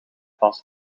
vast